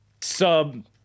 Sub